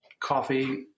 coffee